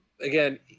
again